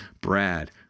Brad